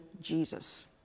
Jesus